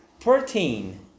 protein